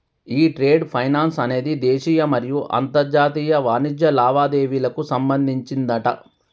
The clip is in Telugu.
ఈ ట్రేడ్ ఫైనాన్స్ అనేది దేశీయ మరియు అంతర్జాతీయ వాణిజ్య లావాదేవీలకు సంబంధించిందట